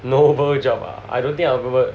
noble job ah I don't think I 'll be able